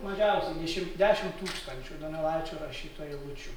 mažiausia dešim dešim tūkstančių donelaičio rašytų eilučių